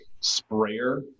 sprayer